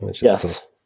Yes